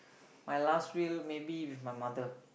my last meal maybe with my mother